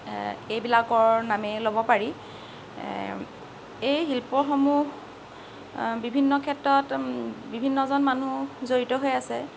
এইবিলাকৰ নামেই ল'ব পাৰি এই শিল্পসমূহ বিভিন্ন ক্ষেত্ৰত বিভিন্নজন মানুহ জড়িত হৈ আছে